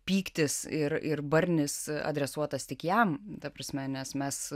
pyktis ir ir barnis adresuotas tik jam ta prasme nes mes